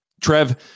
Trev